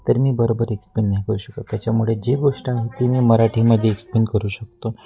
तर मी बरोबर एक्सप्लेन नाही करू शकत त्याच्यामुळे जे गोष्ट आहे ती मी मराठीमध्ये एक्सप्लेन करू शकतो